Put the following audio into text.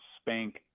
spank